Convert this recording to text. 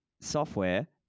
software